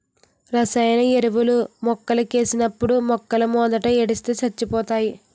రసాయన ఎరువులు మొక్కలకేసినప్పుడు మొక్కలమోదంట ఏస్తే సచ్చిపోతాయి